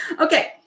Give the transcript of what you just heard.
Okay